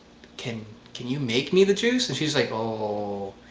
can can you make me the juice? and she's like oh,